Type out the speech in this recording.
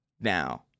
now